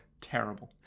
terrible